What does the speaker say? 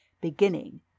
beginning